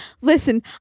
listen